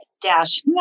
dash